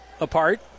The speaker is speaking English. apart